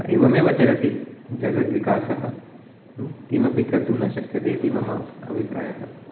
एवमेव चलति जगद्विकासः किमपि कर्तुं न शक्यते इति मम अभिप्रायः